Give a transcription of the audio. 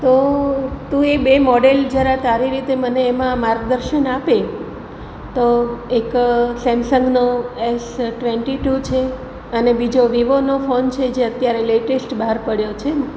તો તું એ બે મોડેલ જરા તારી રીતે મને એમાં માર્ગદર્શન આપે તો એક સેમસંગનો એસ ટવેન્ટી ટુ છે અને બીજો વિવોનો ફોન છે જે અત્યારે લેટેસ્ટ બહાર પડ્યો છે